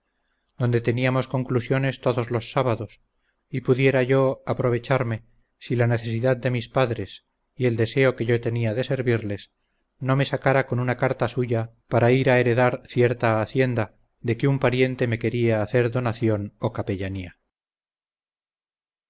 donde teníamos conclusiones todos los sábados y pudiera yo aprovecharme si la necesidad de mis padres y el deseo que yo tenía de servirles no me sacara con una carta suya para ir a heredar cierta hacienda de que un pariente me quería hacer donación o capellanía